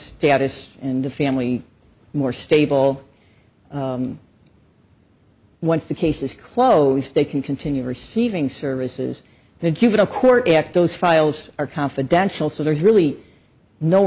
status and a family more stable once the case is closed they can continue receiving services the juvenile court act those files are confidential so there's really no